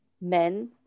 men